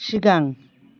सिगां